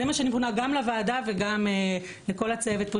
זה מה שאני פונה גם לוועדה וגם לכל הצוות פה,